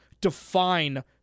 define